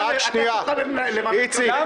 --- מה